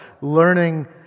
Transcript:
learning